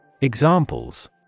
Examples